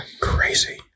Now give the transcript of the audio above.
Crazy